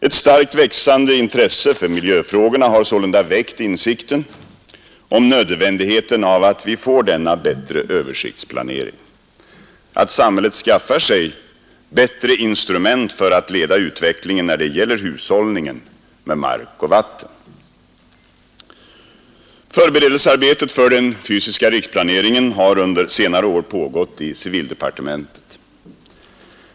Ett starkt växande intresse för miljöfrågorna har sålunda väckt insikten om nödvändigheten av att vi får denna bättre översiktsplanering och att samhället skaffar sig bättre instrument för att leda utvecklingen när det gäller hushållningen med mark och vatten. Förberedelsearbetet för den fysiska riksplaneringen har under senare år pågått i civildepartementet.